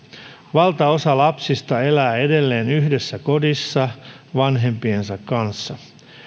valtaosa lapsista elää edelleen yhdessä kodissa vanhempiensa kanssa